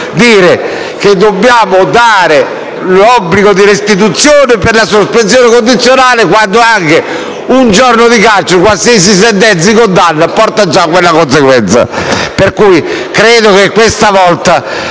ridicolo prevedere l'obbligo di restituzione per la sospensione condizionale, quando anche un giorno di carcere, ossia qualsiasi sentenza di condanna, porta già quella conseguenza.